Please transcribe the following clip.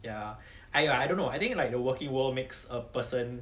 ya !aiyo! I don't know I think like the working world makes a person